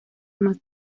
más